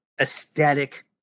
aesthetic